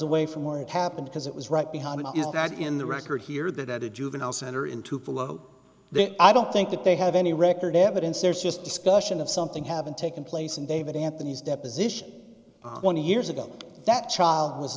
away from where it happened because it was right behind me is that in the record here that at a juvenile center in tupelo there i don't think that they have any record evidence there's just discussion of something having taken place in david anthony's deposition twenty years ago that child was